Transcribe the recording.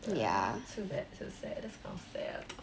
ya too bad so sad that's kind of sad